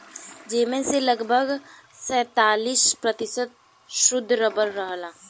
जेमन से लगभग सैंतालीस प्रतिशत सुद्ध रबर रहल